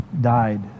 died